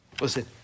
Listen